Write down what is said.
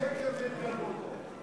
השקר בהתגלמותו,